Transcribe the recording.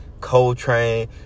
coltrane